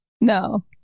No